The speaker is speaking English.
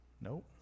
Nope